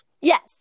yes